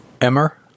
Emmer